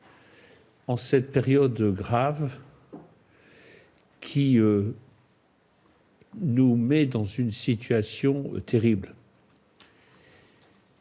en cette période grave, qui nous place dans une situation terrible.